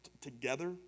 together